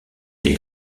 des